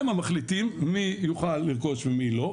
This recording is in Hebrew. הם המחליטים מי יוכל לרכוש ומי לא,